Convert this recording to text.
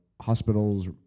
Hospitals